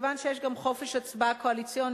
ומכיוון שיש גם חופש הצבעה קואליציוני,